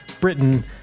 Britain